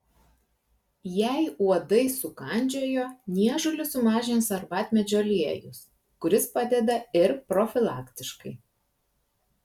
jei uodai sukandžiojo niežulį sumažins arbatmedžio aliejus kuris padeda ir profilaktiškai